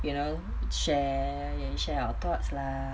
you know share share our thoughts lah